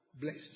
Blessed